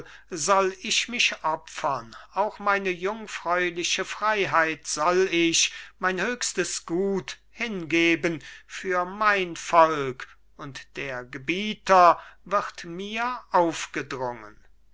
soll ich mich opfern auch meine jungfräuliche freiheit soll ich mein höchstes gut hingeben für mein volk und der gebieter wird mir aufgedrungen